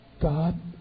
God